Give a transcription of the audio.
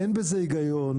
אין בזה הגיון,